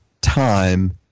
time